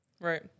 Right